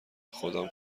خودم